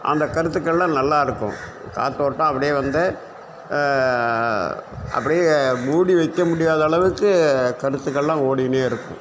அந்த கருத்துக்கள்லாம் நல்லாருக்கும் காத்தோட்டமாக அப்படியே வந்து அப்படியே மூடி வைக்க முடியாத அளவுக்கு கருத்துக்கள்லாம் ஓடின்னே இருக்கும்